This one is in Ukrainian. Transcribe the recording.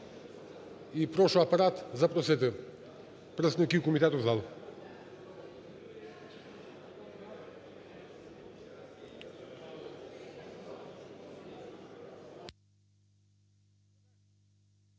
І прошу Апарат запросити представників комітету в зал.